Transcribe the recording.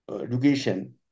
education